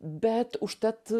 bet užtat